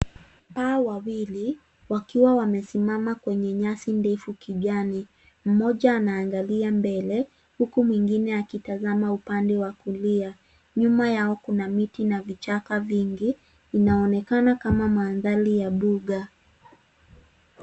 Paa wawili wakiwa wamesimama kwenye nyasi ndefu kijani. Mmoja anaangalia mbele huku mwingine akitazama upande wa kulia. Nyuma yao kuna miti na vichaka vingi. Inaonekana kama mandhari ya mbuga.